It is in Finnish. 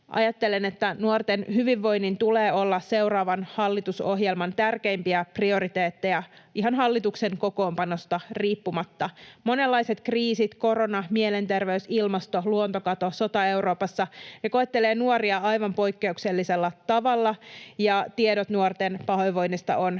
Ajattelen, että nuorten hyvinvoinnin tulee olla seuraavan hallitusohjelman tärkeimpiä prioriteetteja, ihan hallituksen kokoonpanosta riippumatta. Monenlaiset kriisit — korona, mielenterveys, ilmasto, luontokato, sota Euroopassa — koettelevat nuoria aivan poikkeuksellisella tavalla, ja tiedot nuorten pahoinvoinnista